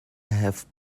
have